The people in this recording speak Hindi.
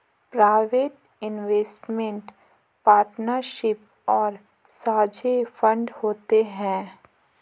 प्राइवेट इन्वेस्टमेंट पार्टनरशिप और साझे फंड होते हैं